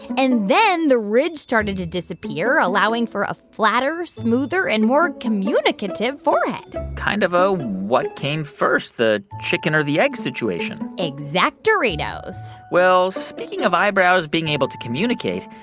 and then the ridge started to disappear, allowing for a flatter, smoother and more communicative forehead kind of a what came first, the chicken or the egg situation exact-oritos well, speaking of eyebrows being able to communicate,